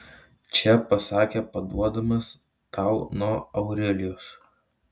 čia pasakė paduodamas tau nuo aurelijos